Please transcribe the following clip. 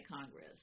Congress